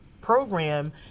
program